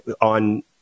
on